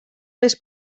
més